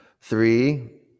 Three